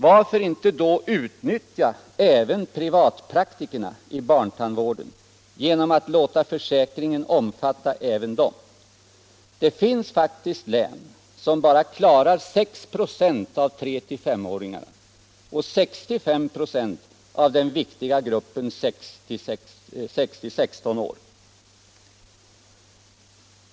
Varför inte då utnyttja även privatpraktikerna i barntandvården genom att låta försäkringen omfatta också dem? Det finns faktiskt län som bara klarar 6 96 av 3-5-åringarna och 65 96 av den viktiga gruppen 6-16 år.